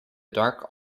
dark